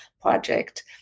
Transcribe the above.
project